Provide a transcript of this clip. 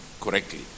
correctly